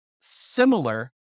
similar